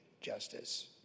justice